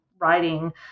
writing